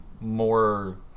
more